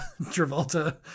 Travolta